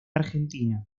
argentina